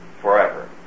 forever